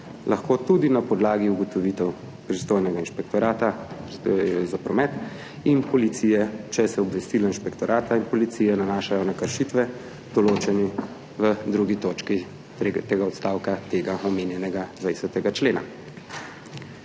lahko tudi na podlagi ugotovitev pristojnega inšpektorata za promet in policije, če se obvestilo inšpektorata in policije nanaša na kršitve, določene v drugi točki tretjega odstavka omenjenega 20. člena.